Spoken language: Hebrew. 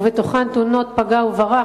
לצערי, ובתוכן תאונות פגע וברח.